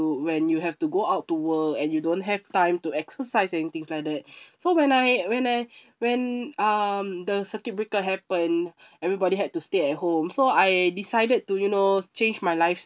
when you have to go out to work and you don't have time to exercise and things like that so when I when I when um the circuit breaker happened everybody had to stay at home so I decided to you know changed my lifestyle